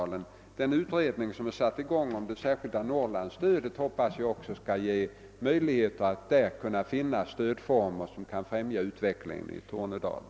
Jag hoppas också att den utredning som påbörjats om det särskilda Norrlandsstödet också skall finna möjligheter till stödformer som kan främja utvecklingen i Tornedalen.